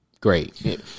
great